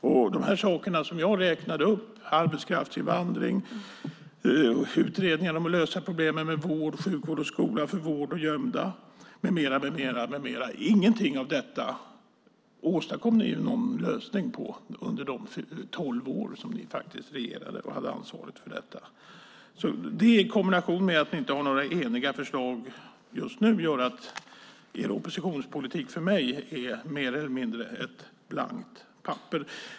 Ingen av de här sakerna som jag räknade upp - arbetskraftsinvandring och utredningar om att lösa problemen med sjukvård och skola för gömda med mera - åstadkom ni ju någon lösning på under de tolv år som ni faktiskt regerade och hade ansvar för detta. Det i kombination med att ni inte har några eniga förslag just nu gör att er oppositionspolitik för mig är mer eller mindre ett blankt papper.